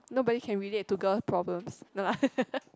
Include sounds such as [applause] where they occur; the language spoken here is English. nobody can relate to girl problems no lah [laughs]